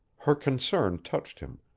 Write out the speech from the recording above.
her concern touched him,